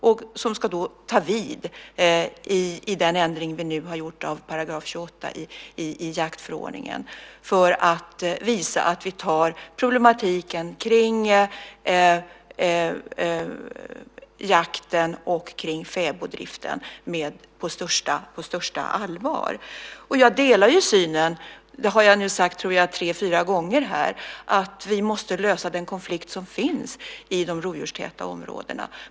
Detta ska ta vid i samband med den ändring som vi nu har gjort av § 28 i jaktförordningen för att visa att vi tar problematiken kring jakten och fäboddriften på största allvar. Jag har nu sagt tre fyra gånger att jag delar synen att vi måste lösa den konflikt som finns i de rovdjurstäta områdena.